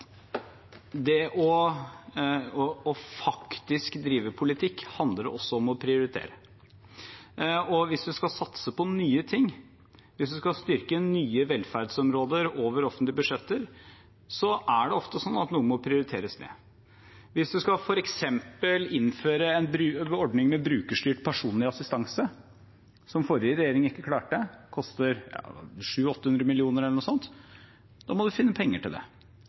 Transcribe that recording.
er at det å faktisk drive politikk handler også om å prioritere. Hvis man skal satse på nye ting, hvis man skal styrke nye velferdsområder over offentlige budsjetter, er det ofte sånn at noe må prioriteres ned. Hvis man f.eks. skal innføre en ordning med brukerstyrt personlig assistanse, som forrige regjering ikke klarte – det koster 700–800 mill. kr eller noe sånt – må man finne penger til det.